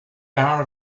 hour